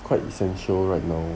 quite essential right now